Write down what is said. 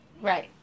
Right